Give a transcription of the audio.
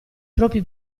propri